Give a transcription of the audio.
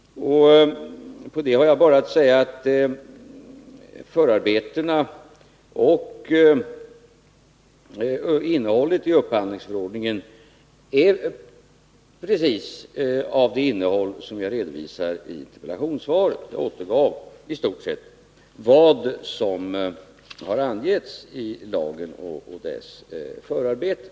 Till det har jag bara att säga att förarbetena och innehållet i upphandlingsförordningen innefattar precis det jag redovisade i interpellationssvaret. Jag återgav i stort sett vad som har angetts i lagen och i dess förarbeten.